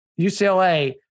UCLA